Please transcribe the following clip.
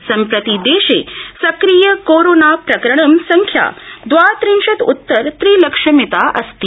सम्प्रति देशे सक्रिय कोरोनाप्रकरणां संख्या द्वात्रिंशत् उत्तर त्रिलक्षमिता अस्ति